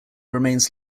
remains